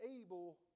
able